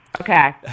Okay